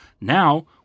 Now